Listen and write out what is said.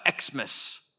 Xmas